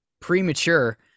premature